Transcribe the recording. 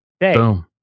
Boom